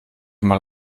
mal